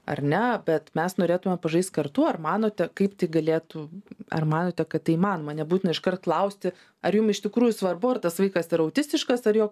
ar ne bet mes norėtume pažaist kartu ar manote kaip tai galėtų ar manote kad tai įmanoma nebūtina iškart klausti ar jum iš tikrųjų svarbu ar tas vaikas yra autistiškas ar jo